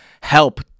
help